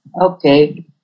okay